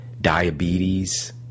diabetes